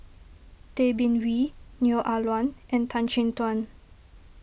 Tay Bin Wee Neo Ah Luan and Tan Chin Tuan